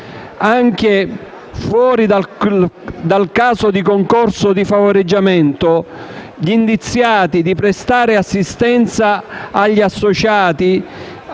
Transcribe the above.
anche fuori dal caso di concorso o di favoreggiamento, gli indiziati di prestare assistenza agli associati